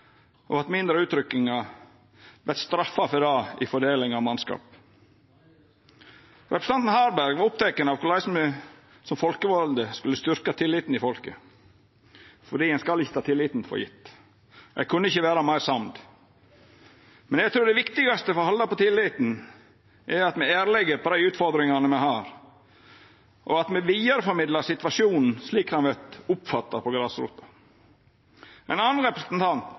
og har hatt færre utrykkingar, vert straffa for det i fordelinga av mannskap. Representanten Harberg var oppteken av korleis me som folkevalde skulle styrkja tilliten i folket, for ein skal ikkje ta tilliten for gjeve. Eg kan ikkje vera meir samd. Men eg trur det viktigaste for å halda på tilliten er at me er ærlege på dei utfordringane me har, og at me vidareformidlar situasjonen slik han vert oppfatta på grasrota. Ein annan representant,